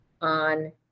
on